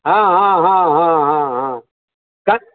हँ हँ हँ हँ हँ तऽ